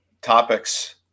topics